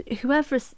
whoever